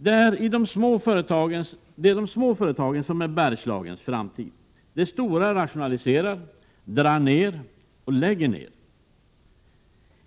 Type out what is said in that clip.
Det är de små företagen som är Bergslagens framtid. De stora rationaliserar, drar ned och lägger ned.